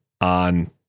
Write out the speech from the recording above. on